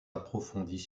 approfondies